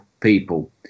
people